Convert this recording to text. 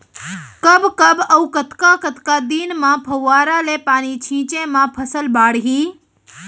कब कब अऊ कतका कतका दिन म फव्वारा ले पानी छिंचे म फसल बाड़ही?